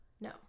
No